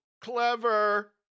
clever